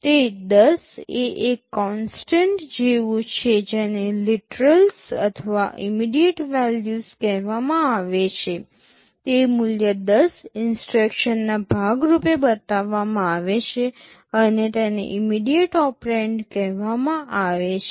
તે 10 એ એક કોન્સટન્ટ જેવું છે જેને લિટેરલ્સ અથવા ઇમિડિયેટ વેલ્યુસ કહેવામાં આવે છે તે મૂલ્ય 10 ઇન્સટ્રક્શનના ભાગ રૂપે બતાવામાં આવે છે અને તેને ઇમિડિયેટ ઓપરેન્ડ કહેવામાં આવે છે